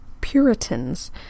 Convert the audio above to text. Puritans